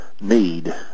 need